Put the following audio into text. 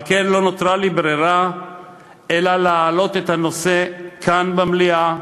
על כן לא נותרה לי ברירה אלא להעלות את הנושא כאן במליאה,